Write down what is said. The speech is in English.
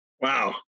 Wow